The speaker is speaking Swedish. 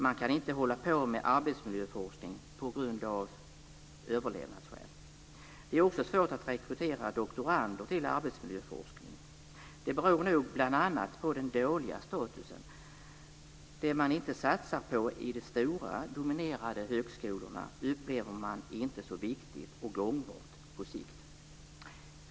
Man kan inte hålla på med arbetsmiljöforskning av överlevnadsskäl. Det är också svårt att rekrytera doktorander till arbetsmiljöforskning. Det beror nog bl.a. på den dåliga statusen. Det som man inte satsar på vid de stora, dominerande högskolorna upplever man inte som så viktigt och gångbart på sikt.